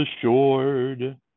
assured